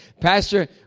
Pastor